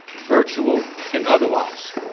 virtual, and otherwise.